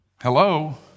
hello